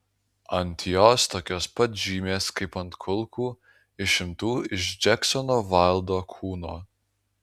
ant jos tokios pat žymės kaip ant kulkų išimtų iš džeksono vaildo kūno